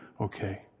Okay